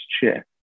chair